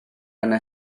yna